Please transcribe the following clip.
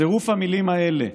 צירוף המילים האלה,